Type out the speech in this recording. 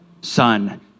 son